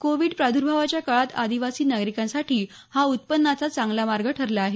Covid प्रादर्भावाच्या काळात आदिवसी नागरिकांसाठी हा उत्पन्नाचा चांगला मार्ग ठरला आहे